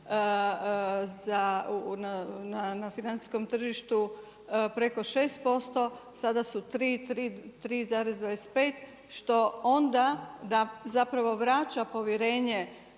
na financijskom tržištu preko 6% sada su 3,25, što onda zapravo vraća povjerenje